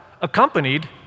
accompanied